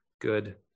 good